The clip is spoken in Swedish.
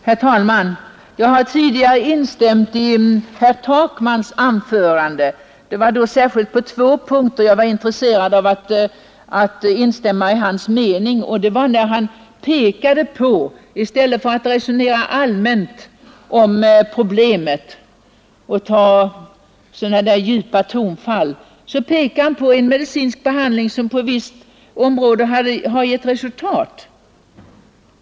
Herr talman! Jag har tidigare instämt i herr Takmans anförande. Det var särskilt på två punkter jag var intresserad av att instämma i hans mening, nämligen när han pekade på — i stället för att resonera allmänt om problemet och ta till djupa tonfall — en medicinsk behandling som på visst område har gett resultat.